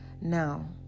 Now